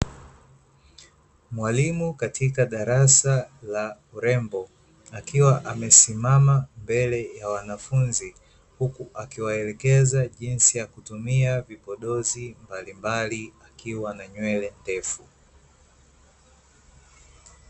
Mwalimu katika darasa la urembo, akiwa amesimama mbele ya wanafunzi, huku akiwaelekeza jinsi ya kutumia vipodozi mbalimbali, akiwa na nywele ndefu.